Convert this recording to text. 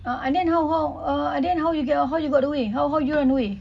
uh and then how how uh and then how you get how you got the way how you run away